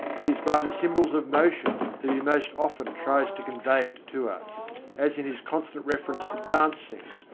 it is by the symbols of motion that he most often tries to convey it to us as in his constant reference to dancing,